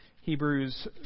Hebrews